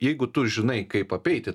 jeigu tu žinai kaip apeiti